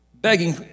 begging